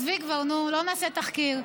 עזבי כבר, נו, לא נעשה תחקיר.